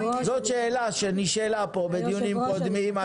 זאת שאלה שנשאלה פה בדיונים קודמים.